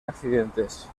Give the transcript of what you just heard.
accidentes